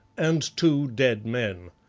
and two dead men.